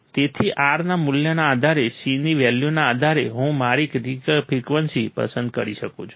તેથી R ના મૂલ્યના આધારે C ની વેલ્યુના આધારે હું મારી ક્રિટીકલ ફ્રિકવન્સી પસંદ કરી શકું છું